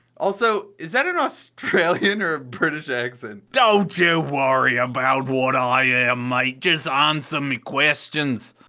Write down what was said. also, is that an australian or a british accent? don't you worry about what i am, mate! just answer me questions!